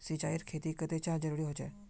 सिंचाईर खेतिर केते चाँह जरुरी होचे?